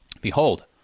Behold